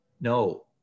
No